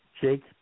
Jake